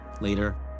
Later